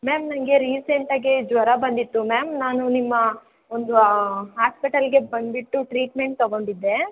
ma'am ನನಗೆ ರೀಸೆಂಟಾಗಿ ಜ್ವರ ಬಂದಿತ್ತು ಮ್ಯಾಮ್ ನಾನು ನಿಮ್ಮ ಒಂದು ಹಾಸ್ಪಿಟಲ್ಗೆ ಬಂದುಬಿಟ್ಟು ಟ್ರೀಟ್ಮೆಂಟ್ ತೊಗೊಂಡಿದ್ದೆ